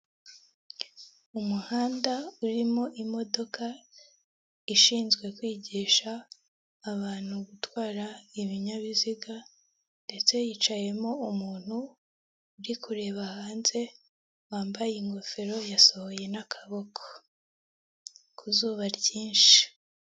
Umuhanda urimo imodoka ishinzwe kwigisha abantu gutwara ibinyabiziga, ndetse hicayemo umuntu uri kureba hanze wambaye ingofero yasohoye n'akaboko, ku zuba ryinshi.